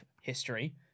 history